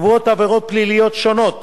קבועות עבירות פליליות שונות